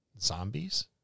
zombies